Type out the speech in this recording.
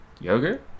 Yogurt